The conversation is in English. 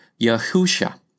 Yahusha